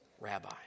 rabbi